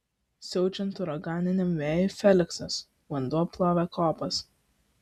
siaučiant uraganiniam vėjui feliksas vanduo plovė kopas